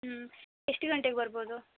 ಹ್ಞೂ ಎಷ್ಟು ಗಂಟೆಗೆ ಬರ್ಬೋದು